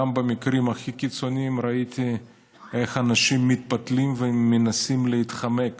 גם במקרים הכי קיצוניים ראיתי איך אנשים מתפתלים ומנסים להתחמק